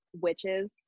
witches